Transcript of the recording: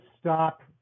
stop